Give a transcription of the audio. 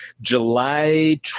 July